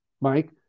Mike